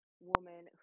woman